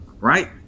right